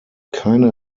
keine